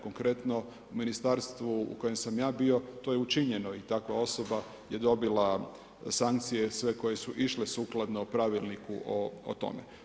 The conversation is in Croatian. Konkretno u Ministarstvu u kojem sam ja bio, to je i učinjeno i takva osoba je odbila sankcije, sve koje su išle sukladno pravilniku o tome.